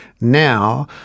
Now